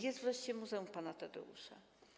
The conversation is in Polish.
Jest wreszcie Muzeum Pana Tadeusza.